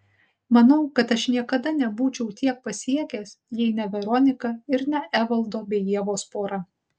manau kad aš niekada nebūčiau tiek pasiekęs jei ne veronika ir ne evaldo bei ievos pora